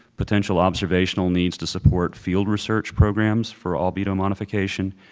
potential observational needs to support field research programs for albedo modification.